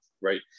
Right